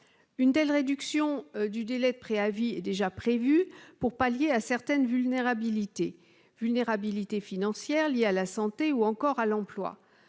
Une telle réduction du délai de préavis est déjà prévue pour pallier certaines vulnérabilités financières liées à la santé ou encore à l'emploi.